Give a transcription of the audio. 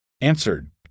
answered